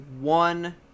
one